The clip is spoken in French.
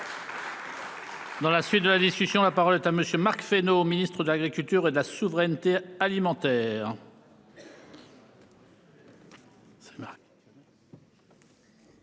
Dans la suite de la discussion, la parole est à monsieur Marc Fesneau Ministre de l'Agriculture et de la souveraineté alimentaire.